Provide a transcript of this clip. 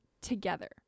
together